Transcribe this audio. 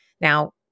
Now